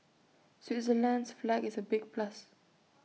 Switzerland's flag is A big plus